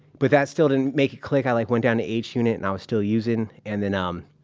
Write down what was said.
but that still didn't make it click. i like went down to h unit and i was still usin' and then, um,